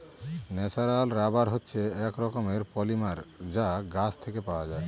natural rubber হচ্ছে এক রকমের পলিমার যা গাছ থেকে পাওয়া যায়